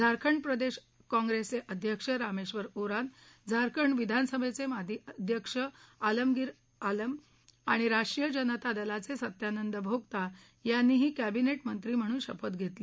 झारखंड प्रदेश कॉंप्रेसचे अध्यक्ष रामेश्वर ओरान झारखंड विधानसभेचे माजी अध्यक्ष अलमगीर आलम आणि राष्ट्रीय जनता दलाचे सत्यानंद भोक्ता यांनीही कॅबिनेट मंत्री म्हणून शपथ घेतली